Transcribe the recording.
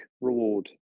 reward